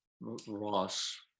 Ross